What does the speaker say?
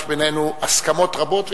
יש בינינו הסכמות רבות,